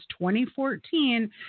2014